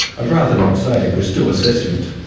i'd rather not say. we're still assessing it.